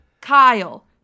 Kyle